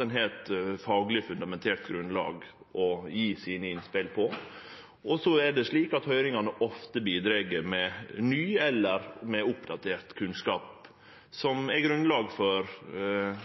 ein har eit fagleg fundamentert grunnlag å gje innspela sine på, trur eg gjev gode avgjerdsprosessar, også lokalt. Høyringane bidreg ofte med ny eller oppdatert kunnskap, som er grunnlag for